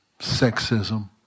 sexism